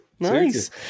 Nice